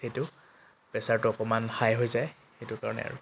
সেইটো প্ৰেচাৰটো অকণমান হাই হৈ যায় সেইটো কাৰণে আৰু